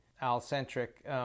Al-centric